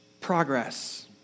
Progress